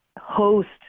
host